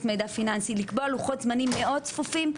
מידע פיננסי לקבוע לוחות זמנים מאוד צפופים,